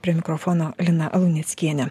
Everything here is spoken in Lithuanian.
prie mikrofono lina luneckienė